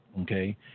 Okay